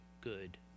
good